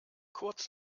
kurz